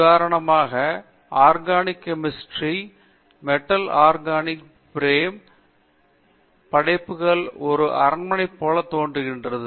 உதாரணமாக செயற்கை organic chemistry metal organic frame படைப்புகள் ஒரு அரண்மனை போன்றது